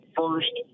first